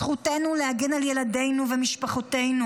זכותנו להגן על ילדינו ומשפחותינו.